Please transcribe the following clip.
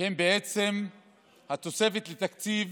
שהם בעצם התוספת לתקציב